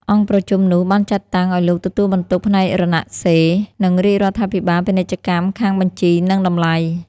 អង្គប្រជុំនោះ បានចាត់តាំងឱ្យលោកទទួលបន្ទុកផ្នែករណសិរ្ស និងរាជរដ្ឋាភិបាលពាណិជ្ជកម្មខាងបញ្ជី និងតម្លៃ ។